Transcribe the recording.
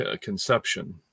conception